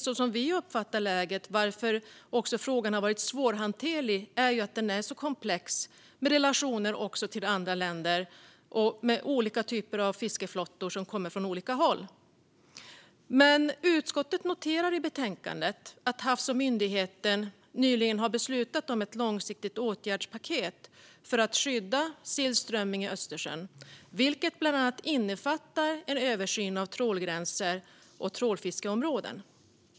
Som vi uppfattar det är skälet till att frågan har varit svårhanterlig att den är så komplex med relationer också till andra länder och olika typer av fiskeflottor som kommer från olika håll. Men utskottet noterar i betänkandet att Havs och vattenmyndigheten nyligen har beslutat om ett långsiktigt åtgärdspaket för att skydda sill och strömming i Östersjön, vilket bland annat innefattar en översyn av trålgränser och trålfiskeområden.